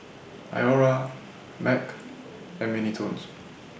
Iora Mac and Mini Toons